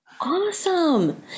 awesome